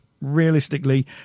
realistically